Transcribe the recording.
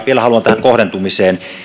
vielä haluan tähän kohdentumiseen